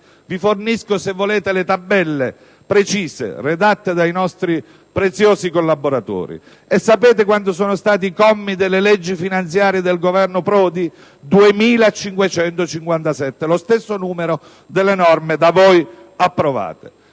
Vi fornisco, se volete, le tabelle precise, redatte dai nostri preziosi collaboratori. Sapete quanti sono stati i commi delle leggi finanziarie del Governo Prodi? Lo stesso numero delle norme da voi approvate: